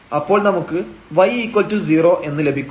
അപ്പോൾ നമുക്ക് y0 എന്ന് ലഭിക്കും